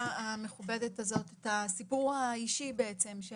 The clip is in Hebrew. המכובדת הזאת את הסיפור האישי בעצם של